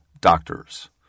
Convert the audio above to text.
doctors